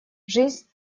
жизнь